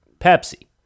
Pepsi